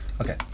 Okay